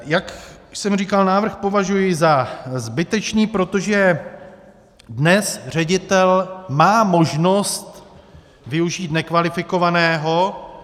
Jak už jsem říkal, považuji návrh za zbytečný, protože dnes ředitel má možnost využít nekvalifikovaného.